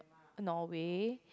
Norway